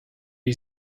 you